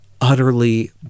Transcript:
utterly